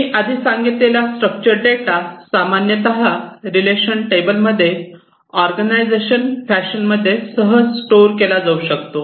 मी आधी सांगितलेला structured data सामान्यत रिलेशनल टेबल्समध्ये ऑर्गनायझेशन फॅशनमध्ये सहज स्टोअर केला जाऊ शकतो